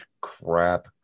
crap